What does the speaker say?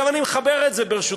עכשיו, אני מחבר את זה ברשותכם